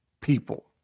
people